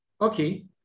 Okay